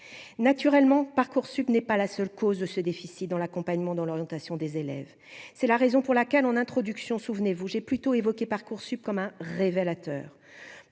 naturellement Parcoursup n'est pas la seule cause de ce déficit dans l'accompagnement dans l'orientation des élèves, c'est la raison pour laquelle on introduction, souvenez-vous, j'ai plutôt évoquer Parcoursup comme un révélateur,